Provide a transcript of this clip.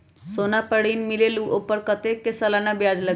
सोना पर ऋण मिलेलु ओपर कतेक के सालाना ब्याज लगे?